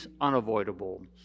unavoidable